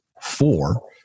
four